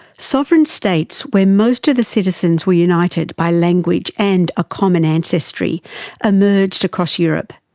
sovereign states where most of the citizens were united by language and a common ancestry emerged across europe.